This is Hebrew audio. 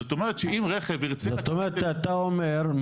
זאת אומרת אתה אומר,